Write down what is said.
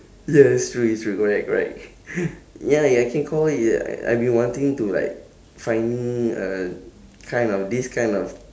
ya it's true it's true correct correct ya ya can call it ya I've been wanting to like finding a kind of this kind of